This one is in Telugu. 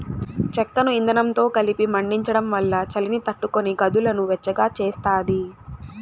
చెక్కను ఇందనంతో కలిపి మండించడం వల్ల చలిని తట్టుకొని గదులను వెచ్చగా చేస్తాది